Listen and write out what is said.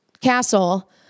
castle